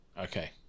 Okay